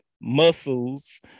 muscles